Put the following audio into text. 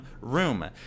room